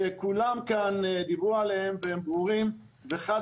שכולם כאן דיברו עליהם והם ברורים וחד